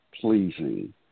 pleasing